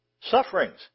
sufferings